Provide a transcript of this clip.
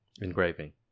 engraving